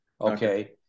okay